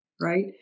right